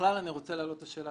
בכלל אני רוצה להעלות את השאלה,